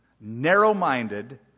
narrow-minded